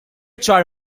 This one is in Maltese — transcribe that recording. ċar